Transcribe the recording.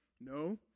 no